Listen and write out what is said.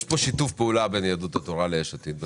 בנושא תיאום מס יש שיתוף פעולה בין יהדות התורה ליש עתיד.